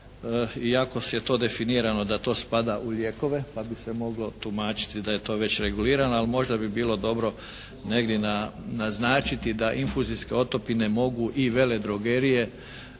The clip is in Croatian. ako je to definirano da to spada u lijekove pa bi se moglo tumačiti da to već regulirano, ali možda bi bilo dobro negdje naznačiti da infuzijske otopine mogu i veledrogerije